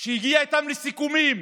הגיע איתם לסיכומים